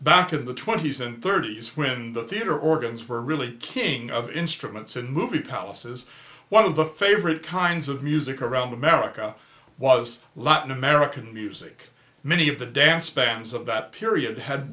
back to the twenty's and thirty's when the theatre organs for really king of instruments and movie houses one of the favorite kinds of music around america was latin american music many of the dance bands of that period had